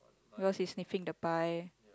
yours is sniffing the pie